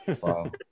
Wow